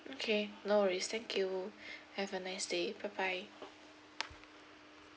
okay no worries thank you have a nice day bye bye